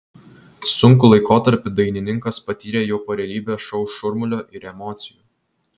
sunkų laikotarpį dainininkas patyrė jau po realybės šou šurmulio ir emocijų